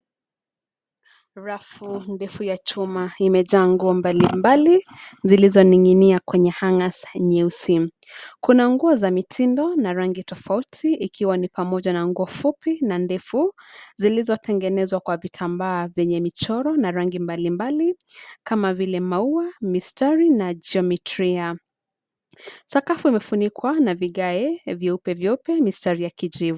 Rafu ndefu ya chuma imejaa nguo mbalimbali zilizoninginia kwenye [ hanga nyeusi. kuna nguo za mitindo na rangi tofauti, ikiwa ni pamoja na nguo fupi na ndefu zilizotengenezwa kwa vitambaa vyenye michoro na rangi mbalimbali kama vile maua ,mistari na geometria. Sakafu imefunikwa na vigae vyeupe vyeupe mistari ya kijivu.